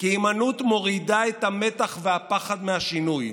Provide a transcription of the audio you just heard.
כי הימנעות מורידה את המתח והפחד מהשינוי,